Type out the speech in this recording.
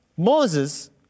Moses